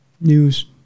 news